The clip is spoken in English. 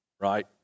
right